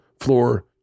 floor